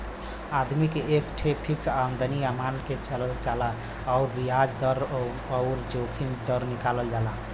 आदमी के एक ठे फ़िक्स आमदमी मान के चलल जाला अउर बियाज दर अउर जोखिम दर निकालल जाला